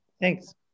Thanks